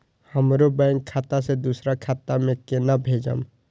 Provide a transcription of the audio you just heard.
हमरो बैंक खाता से दुसरा खाता में केना भेजम?